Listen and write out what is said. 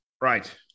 right